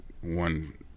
one